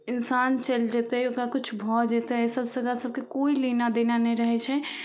इन्सान चलि जेतै ओकरा किछु भऽ जेतै एहिसबसँ ओकरासभके कोइ लेना देना नहि रहै छै